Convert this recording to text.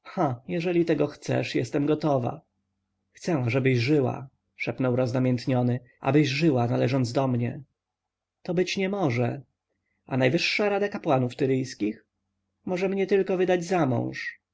jeżeli tego chcesz jestem gotowa chcę ażebyś żyła szeptał roznamiętniony abyś żyła należąc do mnie to być nie może a najwyższa rada kapłanów tyryjskich może mnie tylko wydać zamąż